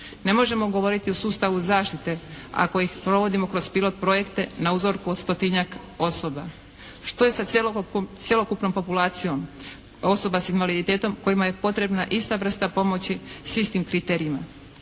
Ne možemo govoriti o sustavu zaštite ako ih provodimo kroz pilot projekte na uzroku od stotinjak osoba. Što je s cjelokupnom populacijom osoba s invaliditetom kojima je potrebna ista vrsta pomoći s istim kriterijima?